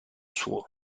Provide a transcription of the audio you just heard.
suo